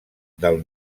del